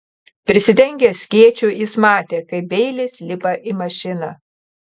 prisidengęs skėčiu jis matė kaip beilis lipa į mašiną